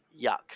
yuck